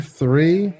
three